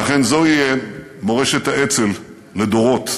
ואכן, זוהי מורשת האצ"ל לדורות: